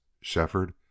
Shefford